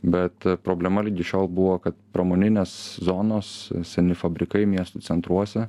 bet problema ligi šiol buvo kad pramoninės zonos seni fabrikai miestų centruose